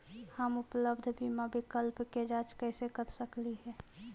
हम उपलब्ध बीमा विकल्प के जांच कैसे कर सकली हे?